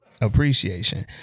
Appreciation